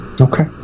Okay